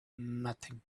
nothing